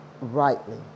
rightly